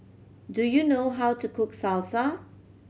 do you know how to cook Salsa